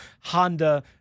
honda